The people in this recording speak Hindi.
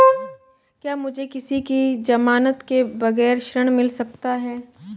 क्या मुझे किसी की ज़मानत के बगैर ऋण मिल सकता है?